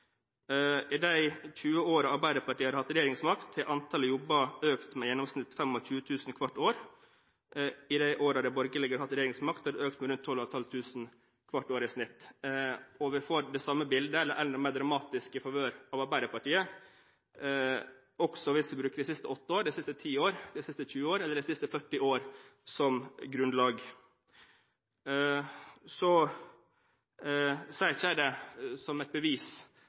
I de 20 årene Arbeiderpartiet har hatt regjeringsmakt, har antallet jobber økt med i gjennomsnitt 25 000 hvert år. I de årene de borgerlige har hatt regjeringsmakt, har det økt med rundt 12 500 hvert år i snitt. Vi får det samme bildet, eller enda mer dramatisk i favør av Arbeiderpartiet, også hvis vi bruker de siste 8 årene, de siste 10 årene, de siste 20 årene eller de siste 40 årene som grunnlag. Så sier ikke jeg det som et bevis